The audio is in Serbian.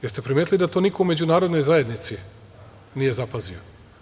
Jeste li primetili da to niko u Međunarodnoj zajednici nije zapazio?